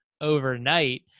overnight